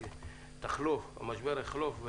יחלוף,